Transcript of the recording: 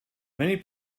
many